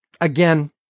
again